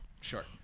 Sure